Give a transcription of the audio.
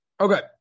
okay